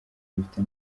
gifite